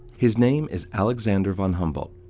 his name is alexander von humboldt.